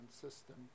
system